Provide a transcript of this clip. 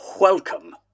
welcome